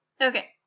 Okay